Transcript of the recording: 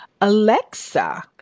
Alexa